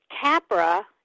Capra